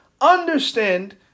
Understand